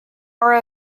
are